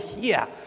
here